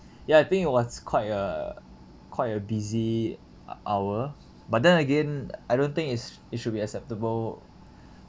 ya I think it was quite a quite a busy h~ hour but then again I don't think is it should be acceptable